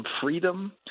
freedom